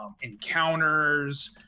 encounters